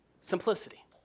Simplicity